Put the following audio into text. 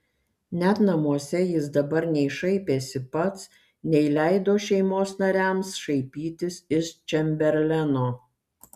net namuose jis dabar nei šaipėsi pats nei leido šeimos nariams šaipytis iš čemberleno